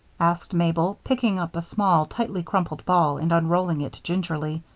asked mabel, picking up a small tightly crumpled ball and unrolling it gingerly.